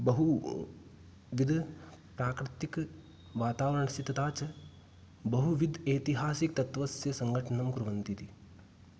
बहु विध प्राकृतिक वातावरणशीतता च बहुविध ऐतिहासिकतत्त्वस्य सङ्घटनं कुर्वन्ति इति